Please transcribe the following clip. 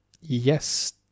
Yes